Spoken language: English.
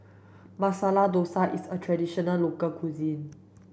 Masala Dosa is a traditional local cuisine